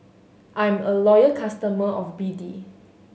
I'm a loyal customer of B D